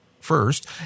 first